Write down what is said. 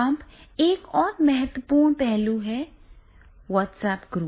अब एक और महत्वपूर्ण पहलू है वह है व्हाट्सएप ग्रुप